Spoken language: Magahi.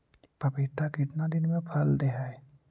पपीता कितना दिन मे फल दे हय?